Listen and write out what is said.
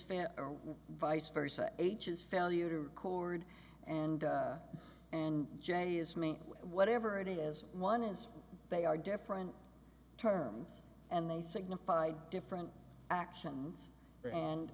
fan or vice versa h is failure to record and and j is mean whatever it is one is they are different terms and they signify different actions and